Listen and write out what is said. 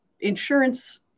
insurance